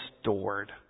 stored